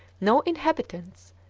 no inhabitants,